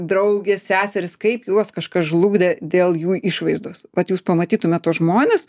draugės seserys kaip juos kažkas žlugdė dėl jų išvaizdos vat jūs pamatytumėt tuos žmones